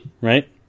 right